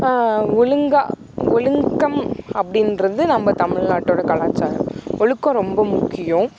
ஒழுங்காக ஒழுக்கம் அப்படின்றது நம்ம தமிழ்நாட்டோட கலாச்சாரம் ஒழுக்கம் ரொம்ப முக்கியம்